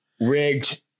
Rigged